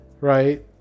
right